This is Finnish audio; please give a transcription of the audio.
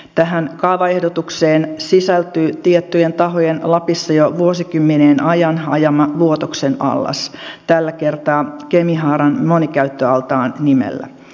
tähän kaavaehdotukseen sisältyy tiettyjen tahojen lapissa jo vuosikymmenien ajan ajama vuotoksen allas tällä kertaa kemihaaran monikäyttöaltaan nimellä